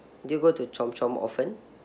do you go to chomp chomp often